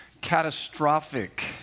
catastrophic